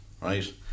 right